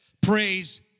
praise